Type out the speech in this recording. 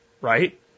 right